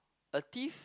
a thief